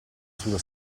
sulla